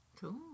Cool